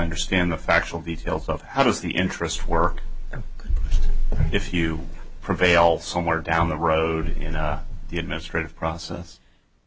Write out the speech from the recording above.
understand the factual details of how does the interest work if you prevail somewhere down the road you know the administrative process